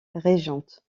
régente